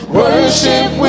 worship